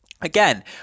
again